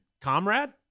Comrade